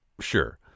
Sure